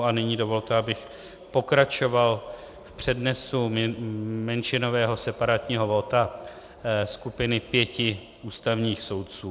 A nyní dovolte, abych pokračoval v přednesu menšinového separátního vota skupiny pěti ústavních soudců.